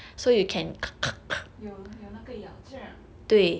有有那个咬这样